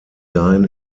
dahin